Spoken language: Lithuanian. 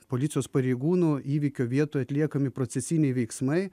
policijos pareigūnų įvykio vietoje atliekami procesiniai veiksmai